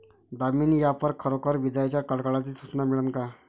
Damini app वर खरोखर विजाइच्या कडकडाटाची सूचना मिळन का?